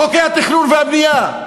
חוקי התכנון והבנייה,